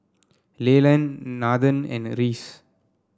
Leland Nathen and Reese